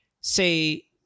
say